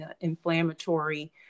inflammatory